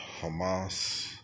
Hamas